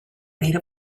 made